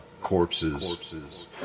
Corpses